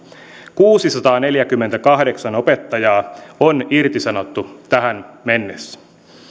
kuusisataaneljäkymmentäkahdeksan opettajaa on irtisanottu tähän mennessä